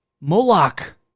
Moloch